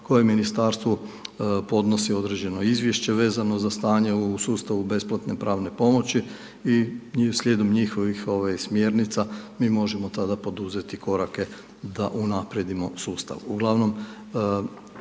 koje ministarstvu podnosi određeno izvješće vezano za stanje u sustavu besplatne pravne pomoći i slijedom njihovih ovaj smjernica mi možemo tada poduzeti korake da unaprijedimo sustav.